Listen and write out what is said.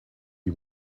you